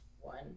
one